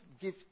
give